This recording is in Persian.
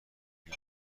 روی